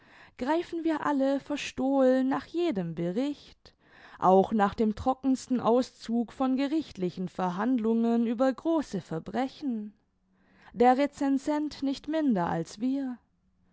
greifen wir alle verstohlen nach jedem bericht auch nach dem trockensten auszug von gerichtlichen verhandlungen über große verbrechen der recensent nicht minder als wir